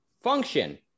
function